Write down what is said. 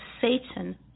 satan